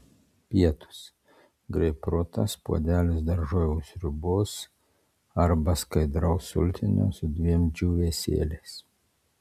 pietūs greipfrutas puodelis daržovių sriubos arba skaidraus sultinio su dviem džiūvėsėliais